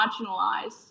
marginalized